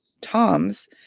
Tom's